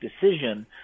decision